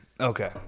okay